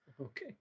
okay